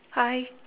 hi